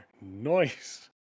Nice